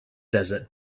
desert